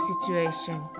situation